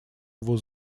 его